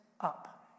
up